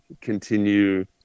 continue